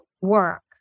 work